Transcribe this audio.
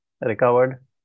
recovered